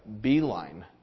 beeline